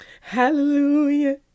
Hallelujah